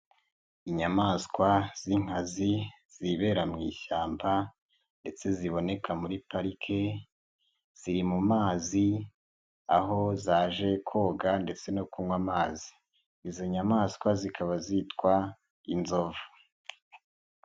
Inyamanswa z'inkazi zibera mu ishyamba ndetse ziboneka muri parike ziri mu mazi aho zaje koga ndetse no kunywa amazi, izo nyamanswa zikaba zitwa inzovu.